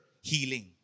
healing